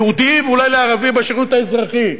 יהודי ואולי לערבי בשירות האזרחי,